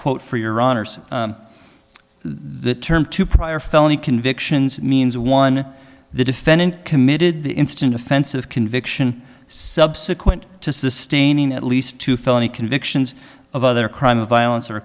quote for your honour's the term two prior felony convictions means one the defendant committed the instant offensive conviction subsequent to sustaining at least two felony convictions of other crime of violence or a